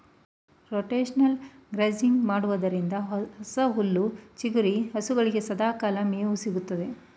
rotational grazing ಮಾಡೋದ್ರಿಂದ ಹೊಸ ಹುಲ್ಲು ಚಿಗುರಿ ಹಸುಗಳಿಗೆ ಸದಾಕಾಲ ಮೇವು ಸಿಗುತ್ತದೆ